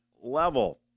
level